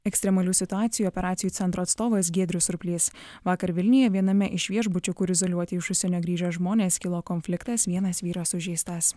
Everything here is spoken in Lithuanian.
ekstremalių situacijų operacijų centro atstovas giedrius surplys vakar vilniuje viename iš viešbučių kur izoliuoti iš užsienio grįžę žmonės kilo konfliktas vienas vyras sužeistas